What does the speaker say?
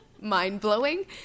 mind-blowing